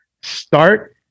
start